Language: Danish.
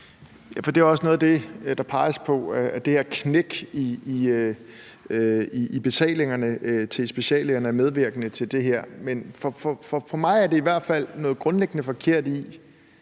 det er også noget af det, der peges på: at det her knæk i betalingerne til speciallægerne er medvirkende til det her. Men for mig er der i hvert fald noget grundlæggende forkert i,